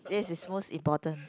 yes it's most important